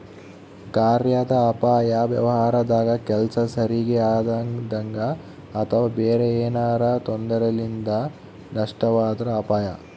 ಕಾರ್ಯಾದ ಅಪಾಯ ವ್ಯವಹಾರದಾಗ ಕೆಲ್ಸ ಸರಿಗಿ ಆಗದಂಗ ಅಥವಾ ಬೇರೆ ಏನಾರಾ ತೊಂದರೆಲಿಂದ ನಷ್ಟವಾದ್ರ ಅಪಾಯ